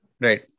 Right